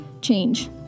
change